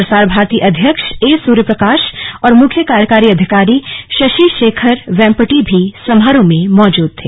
प्रसार भारती अध्यक्ष ए सुर्यप्रकाश और मुख्य कार्यकारी अधिकारी शशि शेखर वेम्पटि भी समारोह में मौजूद थे